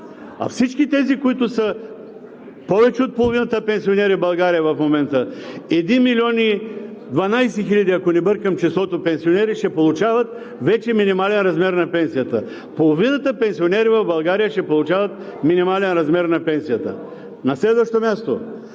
а всички тези, които са повече от половината пенсионери в България в момента – 1 милион и 12 хиляди, ако не бъркам числото, пенсионери ще получават вече минимален размер на пенсията. Половината пенсионери в България ще получават минимален размер на пенсията. На следващо място,